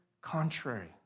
contrary